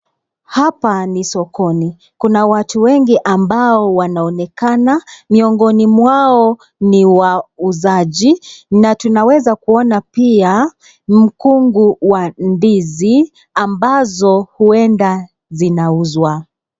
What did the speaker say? Hapa ni sokoni kuna watu wengi ambao wanaonekana, miongoni mwao ni wauzaji, na tunaweza kuona pia mkungu wa ndizi ambazo huenda zinauzwa.